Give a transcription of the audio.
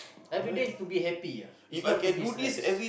everyday is to be happy ah is not to be stress